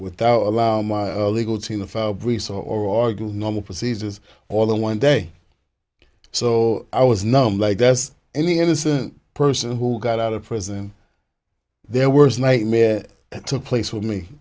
without allow my legal team to fabrice or argue normal procedures although one day so i was numb like that's any innocent person who got out of prison their worst nightmare that took place with me